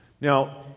Now